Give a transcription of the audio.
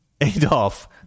Adolf